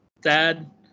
Dad